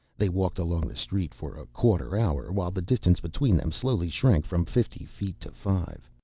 they walked along the street for a quarter hour while the distance between them slowly shrank from fifty feet to five.